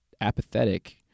apathetic